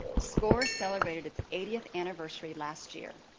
score celebrated its eightieth anniversary last year.